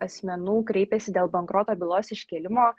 asmenų kreipiasi dėl bankroto bylos iškėlimo